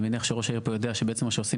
אני מניח שראש העיר פה יודע שבעצם כשעושים